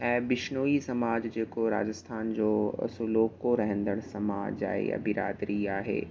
ऐं बिश्नोई समाज जेको राजस्थान जो असुलोको रहंड़ु समाज आहे या बिरादरी आहे